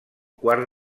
quart